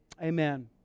amen